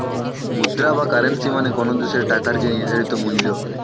মুদ্রা বা কারেন্সী মানে কোনো দেশের টাকার যে নির্ধারিত মূল্য